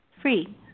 free